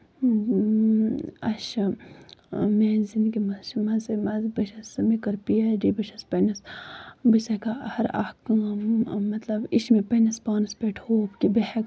اۭں اَسہِ چھُ میٲنہِ زِندگی منٛز چھُ مَزَے مَزٕ بہٕ چھَس مےٚ کٔر پی ایٚچ ڈی بہٕ چھَس پَنٕنِس بہٕ چھَس ہیٚکان ہر اکھ کٲم مطلب یہِ چھِ مےٚ پَنٕنِس پانَس پٮ۪ٹھ ہوپ کہِ بہٕ ہیٚکہٕ